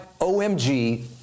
omg